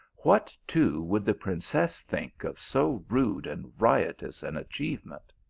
what, too, would the princess think of so rude and riotous an achievement?